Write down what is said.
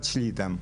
מבין,